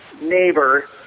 neighbor